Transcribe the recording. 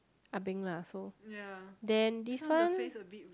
ah beng lah so then this one